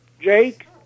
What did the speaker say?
Jake